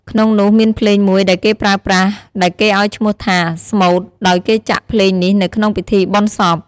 ក្នុងនោះមានភ្លេងមួយដែលគេប្រើប្រាស់ ដែលគេឲ្យឈ្មោះថា ស្មូត ដោយគេចាក់ភ្លេងនេះនៅក្នុងពិធីបុណ្យសព្វ។